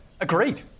Agreed